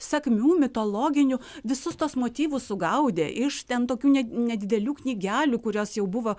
sakmių mitologinių visus tuos motyvus sugaudė iš ten tokių nedidelių knygelių kurios jau buvo